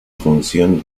función